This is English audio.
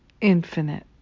infinite